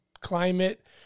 climate